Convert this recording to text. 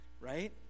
right